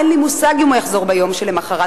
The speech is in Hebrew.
אין לי מושג אם הוא יחזור ביום שלמחרת.